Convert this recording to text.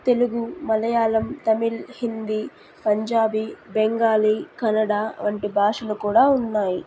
తెలుగు మలయాళం తమిళ్ హిందీ పంజాబీ బెంగాలీ కనడా వంటి భాషలు కూడా ఉన్నాయి